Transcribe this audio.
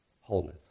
wholeness